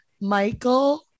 michael